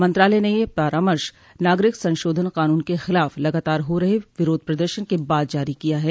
मंत्रालय ने यह परामर्श नागरिकता संशोधन कानून क खिलाफ लगातार हो रहे विरोध प्रदर्शन के बाद जारी किया है